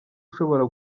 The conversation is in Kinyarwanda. ushobora